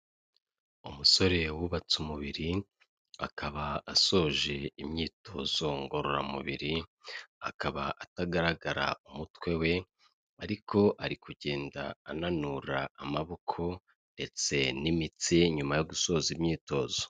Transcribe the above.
Umusore wubatse umubiri, akaba asoje imyitozo ngororamubiri, akaba atagaragara umutwe we, ariko ari kugenda ananura amaboko ndetse n'imitsi ye nyuma yo gusoza imyitozo.